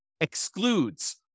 excludes